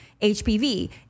HPV